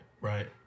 right